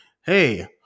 hey